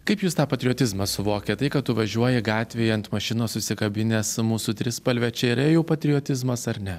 kaip jūs tą patriotizmą suvokiat tai kad tu važiuoji gatvėje ant mašinos užsikabinęs mūsų trispalvę čia yra jau patriotizmas ar ne